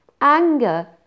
anger